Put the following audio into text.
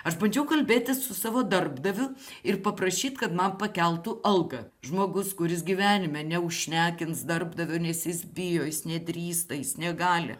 aš bandžiau kalbėtis su savo darbdaviu ir paprašyt kad man pakeltų algą žmogus kuris gyvenime neužšnekins darbdavio nes jis bijo jis nedrįsta jis negali